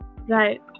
Right